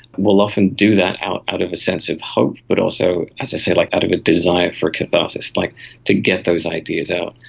will often do that out out of a sense of hope but also, as i said, like out of a desire for catharsis, like to get those ideas out.